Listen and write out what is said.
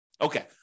Okay